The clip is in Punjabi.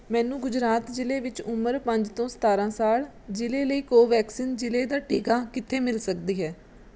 ਮੈਨੂੰ ਗੁਜਰਾਤ ਜ਼ਿਲ੍ਹੇ ਵਿੱਚ ਉਮਰ ਪੰਜ ਤੋਂ ਸਤਾਰਾਂ ਸਾਲ ਜ਼ਿਲ੍ਹੇ ਲਈ ਕੋਵੈਕਸਿਨ ਜ਼ਿਲ੍ਹੇ ਦਾ ਟੀਕਾ ਕਿੱਥੇ ਮਿਲ ਸਕਦੀ ਹੈ